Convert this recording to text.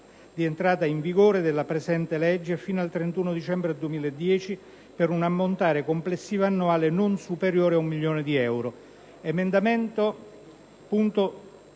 di entrata in vigore della presente legge e fino al 31 dicembre 2010, per un ammontare complessivo annuale non superiore ad un milione di euro.